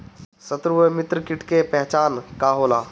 सत्रु व मित्र कीट के पहचान का होला?